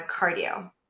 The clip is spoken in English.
cardio